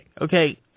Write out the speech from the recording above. okay